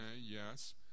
yes